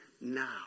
now